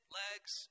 legs